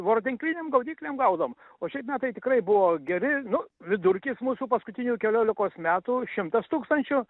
voratinklinėm gaudyklėm gaudom o šiaip metai tikrai buvo geri nu vidurkis mūsų paskutinių keliolikos metų šimtas tūkstančių